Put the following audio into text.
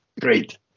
Great